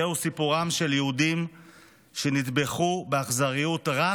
זהו סיפורם של יהודים שנטבחו באכזריות רק